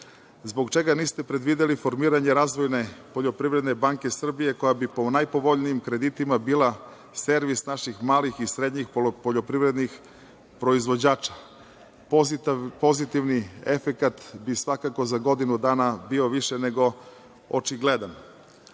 Zbog čega niste predvideli formiranje razvojne poljoprivredne banke Srbije koja bi po najpovoljnijim kreditima bila servis naših malih i srednjih poljoprivrednih proizvođača? Pozitivni efekat bi svakako za godinu dana bio više nego očigledan. Dalje,